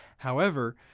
however,